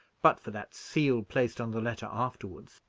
but for that seal placed on the letter afterwards.